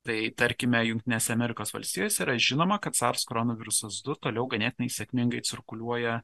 tai tarkime jungtinėse amerikos valstijose yra žinoma kad sars koronavirusas du toliau ganėtinai sėkmingai cirkuliuoja